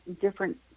different